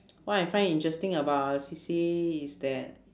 what I find interesting about our C_C_A is that